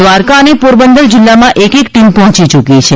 દ્વારકાઅને પોરબંદરમાં જિલ્લામાં એક એક ટીમ પહોંચી ચૂકી છે